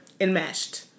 enmeshed